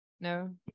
No